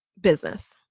business